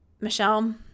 Michelle